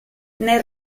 nel